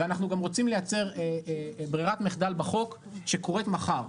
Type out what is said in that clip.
ואנחנו גם רוצים לייצר ברירת מחדל בחוק שקורית מחר,